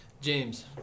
James